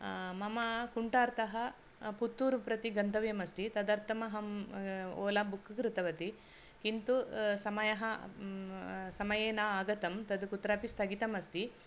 मम कुण्ठार्थः पुत्तुरु प्रति गन्तव्यं अस्ति तदर्थम् अहं ओला बुक् कृतवती किन्तु समयः समये न आगतं तत् कुत्रापि स्थगितम् अस्ति